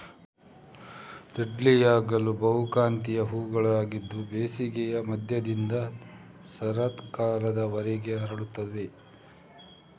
ಡಹ್ಲಿಯಾಗಳು ಬಹುಕಾಂತೀಯ ಹೂವುಗಳಾಗಿದ್ದು ಬೇಸಿಗೆಯ ಮಧ್ಯದಿಂದ ಶರತ್ಕಾಲದವರೆಗೆ ಅರಳುತ್ತವೆ